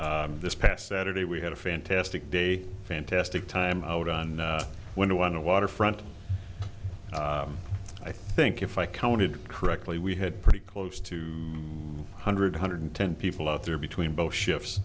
one this past saturday we had a fantastic day fantastic time out on window on the waterfront i think if i counted correctly we had pretty close to one hundred one hundred ten people out there between both shifts